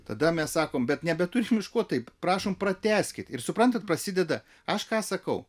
tada mes sakom bet nebeturim iš ko taip prašom pratęskit ir suprantat prasideda aš ką sakau